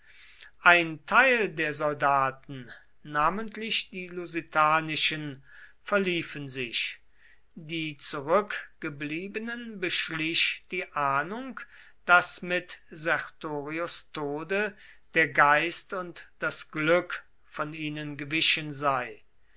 ein teil der soldaten namentlich die lusitanischen verliefen sich die zurückgebliebenen beschlich die ahnung daß mit sertorius tode der geist und das glück von ihnen gewichen sei